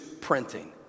printing